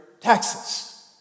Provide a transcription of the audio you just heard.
taxes